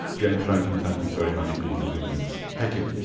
james franklin, thank you very much indeed for joining us. thank you.